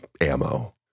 ammo